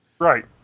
Right